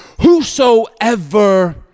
whosoever